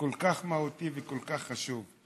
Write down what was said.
כל כך מהותי וכל כך חשוב.